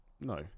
no